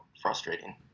frustrating